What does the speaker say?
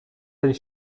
ten